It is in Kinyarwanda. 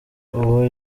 uwo